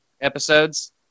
episodes